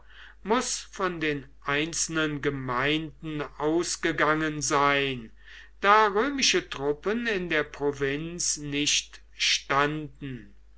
muß von den einzelnen gemeinden ausgegangen sein da römische truppen in der provinz nicht standen